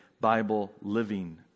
Bible-living